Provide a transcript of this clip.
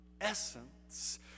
essence